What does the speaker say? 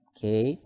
Okay